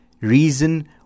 reason